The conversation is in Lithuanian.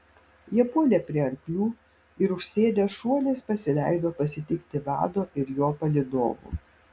jie puolė prie arklių ir užsėdę šuoliais pasileido pasitikti vado ir jo palydovų